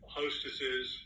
hostesses